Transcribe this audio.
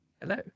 Hello